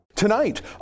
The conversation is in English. Tonight